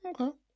Okay